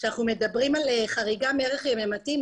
כאשר אנחנו מדברים על חריגה מערך יממתי,